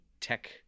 tech